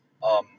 um